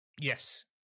yes